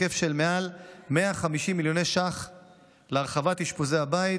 בהיקף של מעל 150 מיליון שקלים להרחבת אשפוזי הבית